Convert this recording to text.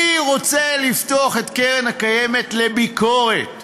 אני רוצה לפתוח את הקרן הקיימת לביקורת,